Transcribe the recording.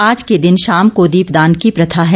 आज के दिन शाम को दीप दान की प्रथा है